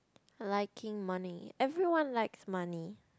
liking money everyone likes money